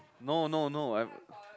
no no no I'm